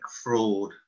fraud